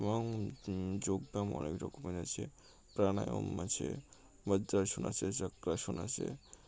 এবং যোগব্যায়াম অনেক রকমের আছে প্রাণায়াম আছে বজ্রাসন আছে চক্রাসন আছে